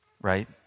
right